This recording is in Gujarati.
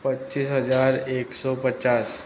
પચ્ચીસ હજાર એકસો પચાસ